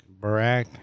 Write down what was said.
Barack